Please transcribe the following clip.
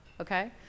okay